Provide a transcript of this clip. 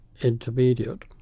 intermediate